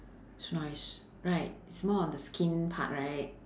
it's nice right it's more of the skin part right